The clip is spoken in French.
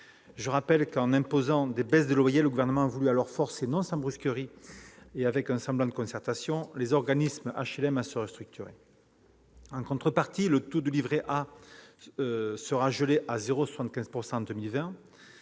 Je rappelle que, en imposant des baisses de loyer, le Gouvernement a voulu alors forcer, non sans brusquerie et avec un semblant de concertation, les organismes d'HLM à se restructurer. En contrepartie, le taux du livret A sera gelé à 0,75 % jusqu'en 2020,